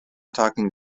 talking